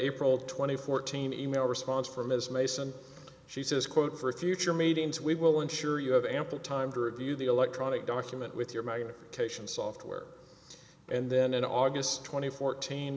april twenty fourth team e mail response from ms mason she says quote for future meetings we will ensure you have ample time to review the electronic document with your magnification software and then in august twenty four